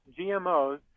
GMOs